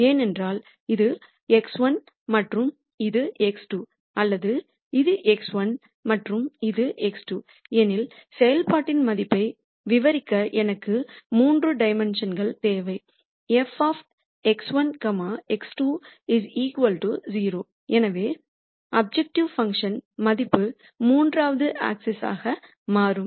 ஏனென்றால் இது x1 மற்றும் இது x2 அல்லது இது x1 மற்றும் இது x2 எனில் செயல்பாட்டின் மதிப்பை விவரிக்க எனக்கு 3 டைமென்ஷுன் ம் தேவை fx1x20 எனவே அப்ஜெக்டிவ் பங்க்ஷன் மதிப்பு மூன்றாவது ஆக்சிஸ் ஆக மாறுகிறது